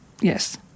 yes